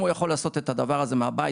אם הוא יכול לעשות את הדבר הזה מהבית,